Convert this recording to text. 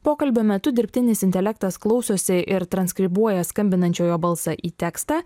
pokalbio metu dirbtinis intelektas klausosi ir transkribuoja skambinančiojo balsą į tekstą